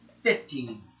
Fifteen